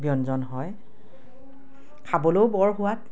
ব্যঞ্জন হয় খাবলেও বৰ সোৱাদ